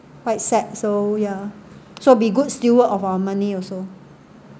quite sad so yeah so be good steward of our money also